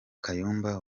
kayumba